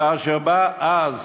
וכאשר בא אז